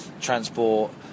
transport